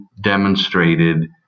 demonstrated